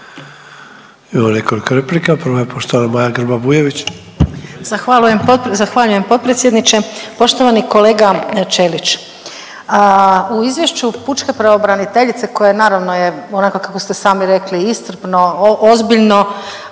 Imamo nekoliko replika. Prva je poštovana Maja Grba Bujević. **Grba-Bujević, Maja (HDZ)** Zahvaljujem potpredsjedniče. Poštovani kolega Ćelić, u izvješću pučke pravobraniteljice koje naravno je onako kako ste sami rekli iscrpno, ozbiljno